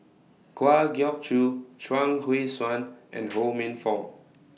Kwa Geok Choo Chuang Hui Tsuan and Ho Minfong